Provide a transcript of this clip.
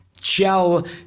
Shell